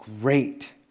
great